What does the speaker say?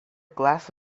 glass